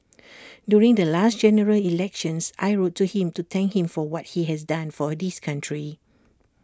during the last general elections I wrote to him to thank him for what he has done for this country